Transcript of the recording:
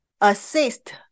assist